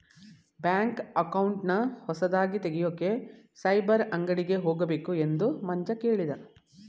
bank ಅಕೌಂಟನ್ನ ಹೊಸದಾಗಿ ತೆಗೆಯೋಕೆ ಸೈಬರ್ ಅಂಗಡಿಗೆ ಹೋಗಬೇಕು ಎಂದು ಮಂಜ ಕೇಳಿದ